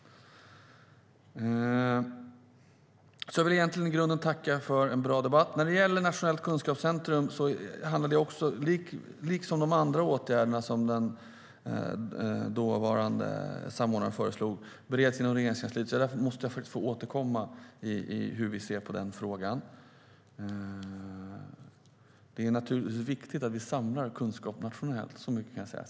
Jag vill i grunden tacka för en bra debatt. Frågan om ett nationellt kunskapscentrum, liksom de andra åtgärder som den dåvarande samordnaren föreslog, bereds inom Regeringskansliet. Jag måste därför be att få återkomma till hur vi ser på den frågan. Det är naturligtvis viktigt att vi samlar kunskap nationellt - så mycket kan jag säga.